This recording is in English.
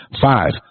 Five